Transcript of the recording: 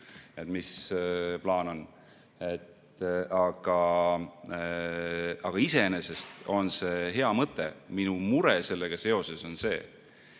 mis plaan on. Aga iseenesest on see hea mõte. Minu mure sellega seoses on see,